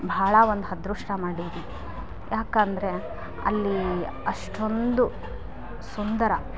ಭಾಳ ಒಂದು ಅದೃಷ್ಟ ಮಾಡಿದೀವಿ ಯಾಕಂದರೆ ಅಲ್ಲಿ ಅಷ್ಟೊಂದು ಸುಂದರ